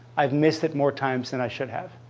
i've missed it more times than i should have.